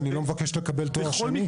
אני לא מבקש לקבל תואר שני.